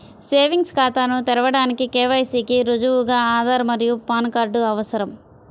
savings ఖాతాను తెరవడానికి KYC కి రుజువుగా ఆధార్ మరియు పాన్ కార్డ్ అవసరం